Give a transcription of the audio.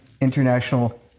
international